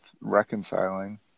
reconciling